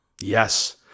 Yes